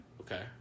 Okay